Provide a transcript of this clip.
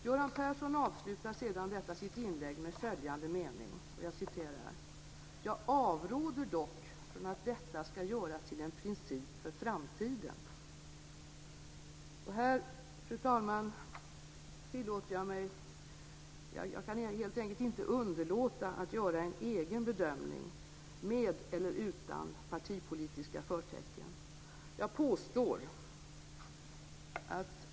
Göran Persson avslutar sedan detta sitt inlägg med följande mening: "Jag avråder dock från att detta ska göras till en princip för framtiden." Fru talman! Jag kan helt enkelt inte underlåta att göra en egen bedömning med eller utan partipolitiska förtecken. Jag påstår att statsministern borde ha varit på det klara med att han nog var ute på lite hal is.